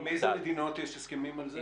מאילו מדינות יש הסכמים על זה?